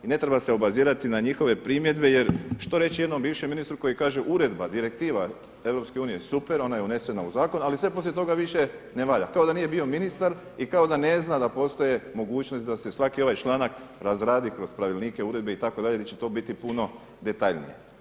I ne treba se obazirati na njihove primjedbe jer što reći jednom bivšem ministru koji kaže uredba, direktiva EU super ona je unesena u zakon, ali sve poslije toga više ne valja, kao da nije bio ministar i kao da ne znam da postoje mogućnosti da se svaki ovaj članak razradi kroz pravilnike, uredbe itd. i da će to biti puno detaljnije.